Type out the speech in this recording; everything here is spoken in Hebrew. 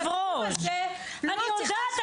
אני בתחום הזה --- אני יודעת,